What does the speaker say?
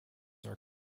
are